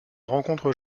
rencontre